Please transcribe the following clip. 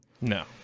No